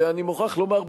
ואני מוכרח לומר,